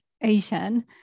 Asian